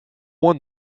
won